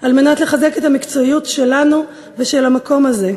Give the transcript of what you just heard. כדי לחזק את המקצועיות שלנו ושל המקום הזה.